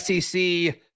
SEC